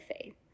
faith